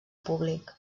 públic